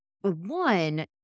one